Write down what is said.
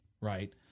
right